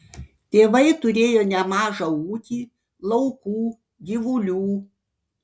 tėvai turėjo nemažą ūkį laukų gyvulių